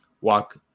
walk